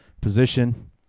position